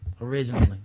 originally